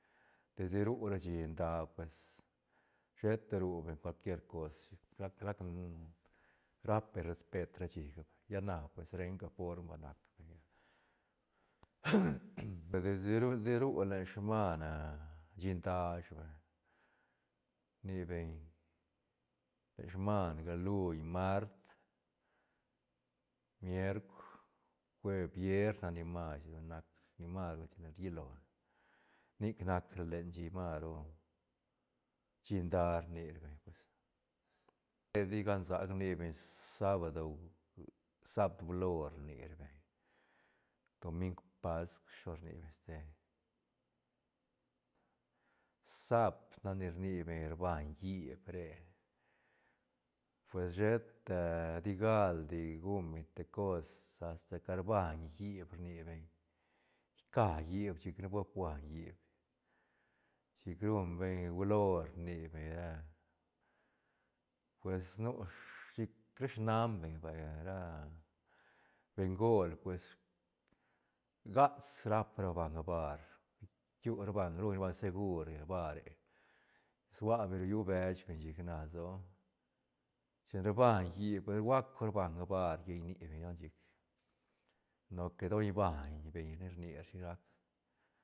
Desde ru ra shí nda pues sheta ru beñ cual quier cos chic rac- rac rap beñ respet ra shíga vay lla na pues renga form ba nac beñ lla pe desde ru de ru len sman shí nda ish vay rni beñ len smanga luñ, mart, mierk, jueb, vier nac ni mas ru nac ni mas ru chine rilone nic nac len shí maru shí nda rni beñ pues, de di gansaca rni beñ sábado saap glori rni ra beñ domiug pascu shilo rni beñ ste saab nac ni rni beñ rbaiñ híp re pues sheta ti galdi guñ beñ te cos asta que rbaiñ híp rni beñ ica híp chic ne ba buañ híp chic ruñ beñ ulor rni beñ ra pues nu chic ra snan beñ vay ra bengol pues gats rap ra banga bar rquiu ra banga ruñ ra banga segur bare sua beñ ro llu bech beñ chic rna lsoa chin rbaiñ híp rbauc ra banga bar llein ni beñ don chic noque don ibaiñ beñ ne rni rashi rac